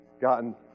gotten